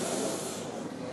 השר אריאל,